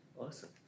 Awesome